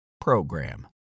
program